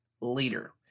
later